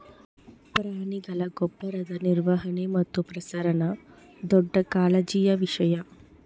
ಪ್ರಾಣಿಗಳ ಗೊಬ್ಬರದ ನಿರ್ವಹಣೆ ಮತ್ತು ಪ್ರಸರಣ ದೊಡ್ಡ ಕಾಳಜಿಯ ವಿಷಯ